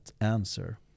answer